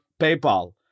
PayPal